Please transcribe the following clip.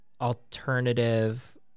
alternative